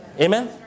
Amen